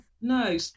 No